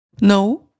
No